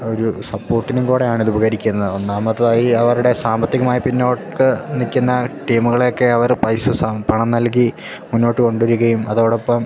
ഒരു സപ്പോട്ടിനും കൂടെയാണിതുപകരിക്കുന്നത് ഒന്നാമതായി അവരുടെ സാമ്പത്തികമായി പിന്നോക്കം നില്ക്കുന്ന ടീമുകളെയൊക്കെ അവര് പണം നൽകി മുന്നോട്ടു കൊണ്ടുവരികയും അതോടൊപ്പം